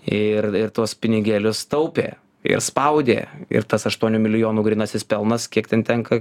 ir ir tuos pinigėlius taupė ir spaudė ir tas aštuonių milijonų grynasis pelnas kiek ten tenka